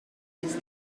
his